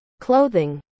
clothing